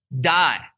die